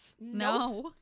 No